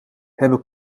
hebben